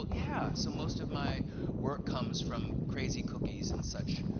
yeah. so most of my work comes from crazy cookies and such.